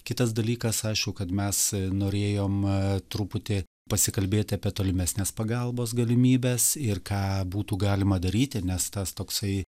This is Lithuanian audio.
kitas dalykas aišku kad mes norėjom truputį pasikalbėti apie tolimesnes pagalbos galimybes ir ką būtų galima daryti nes tas toksai